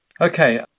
okay